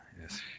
Yes